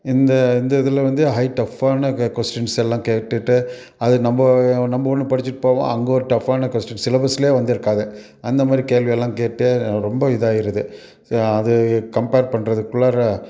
இந்த இந்த இதில் வந்து ஹை டஃபான கொஸ்டீன்ஸ் எல்லாம் கேட்டுட்டு அது நம்ம நம்ம ஒன்று படிச்சுட்டு போவோம் அங்கே ஒரு டஃபான கொஸ்டீன் சிலபஸ்லேயே வந்திருக்காது அந்தமாதிரி கேள்வியெல்லாம் கேட்டு ரொம்ப இதாயிடுது அது கம்பேர் பண்ணுறதுக்குள்ளாற